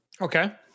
Okay